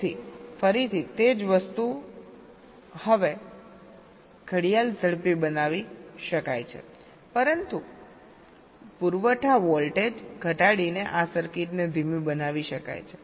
તેથી ફરીથી તે જ વસ્તુ હવે ઘડિયાળ ઝડપી બનાવી શકાય છે પરંતુ પુરવઠા વોલ્ટેજ ઘટાડીને આ સર્કિટને ધીમી બનાવી શકાય છે